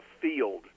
field